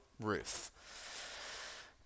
Ruth